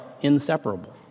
inseparable